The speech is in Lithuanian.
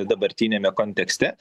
dabartiniame kontekste